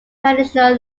traditional